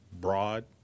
broad